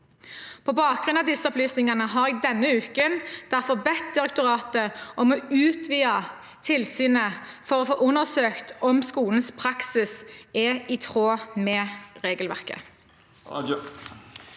På bakgrunn av disse opplysningene har jeg denne uken derfor bedt direktoratet om å utvide tilsynet for å få undersøkt om skolens praksis er i tråd med regelverket.